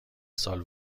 سال